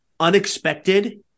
unexpected